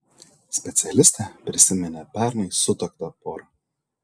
specialistė prisiminė pernai sutuoktą porą